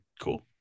cool